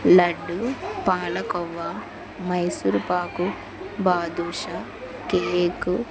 laddu palkova Mysore pak badusha cake